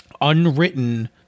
unwritten